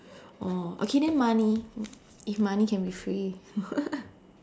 oh okay then money if money can be free